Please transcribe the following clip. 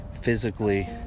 physically